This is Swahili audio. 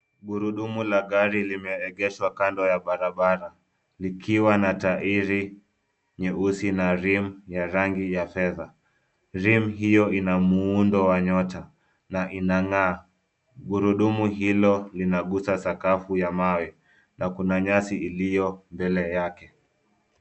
Gurudumu la gari limeegeshwa kando ya barabara likiwa na tairi nyeusi na rim ya rangi ya fedha. Rim hiyo ina muundo wa nyota na inang'aa. Gurudumu hilo linagusa sakafu ya mawe na kuna nyasi iliyo mbele yake.